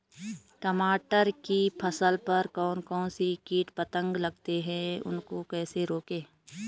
टमाटर की फसल पर कौन कौन से कीट पतंग लगते हैं उनको कैसे रोकें?